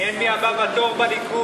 מעניין מי הבא בתור בליכוד.